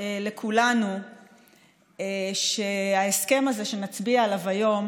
לכולנו שההסכם הזה שנצביע עליו היום